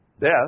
Death